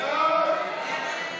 סעיף